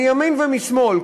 מימין ומשמאל,